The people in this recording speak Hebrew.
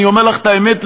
אני אומר לך את האמת,